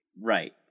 Right